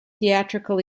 theatrical